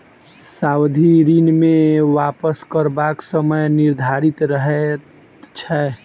सावधि ऋण मे वापस करबाक समय निर्धारित रहैत छै